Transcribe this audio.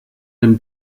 den